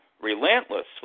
relentlessly